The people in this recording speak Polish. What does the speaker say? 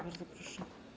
Bardzo proszę.